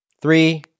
Three